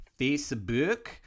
Facebook